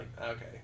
okay